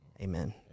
Amen